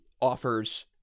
offers